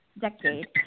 decade